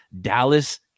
dallas